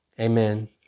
Amen